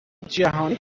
جهانی